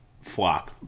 flop